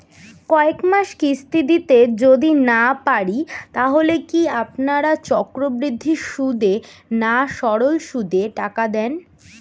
কয়েক মাস কিস্তি দিতে যদি না পারি তাহলে কি আপনারা চক্রবৃদ্ধি সুদে না সরল সুদে টাকা দেন?